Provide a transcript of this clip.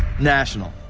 national.